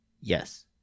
Yes